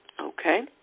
Okay